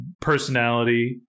personality